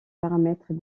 paramètres